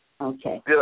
Okay